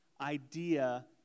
idea